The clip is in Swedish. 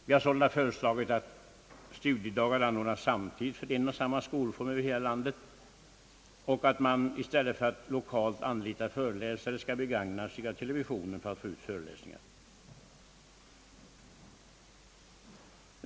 Vi har sålunda föreslagit att studiedagar anordnas samtidigt för en och samma skolform över hela landet och att man i stället för att lokalt anlita föreläsare skall begagna sig av televisionen för att få ut föreläsningar.